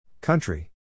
Country